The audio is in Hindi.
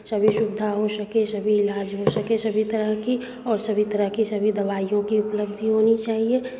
सभी सुविधा हो सके सभी इलाज हो सके सभी तरह की और सभी तरह की सभी दवाईयों की उपलब्धि होनी चाहिए